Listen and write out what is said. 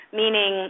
meaning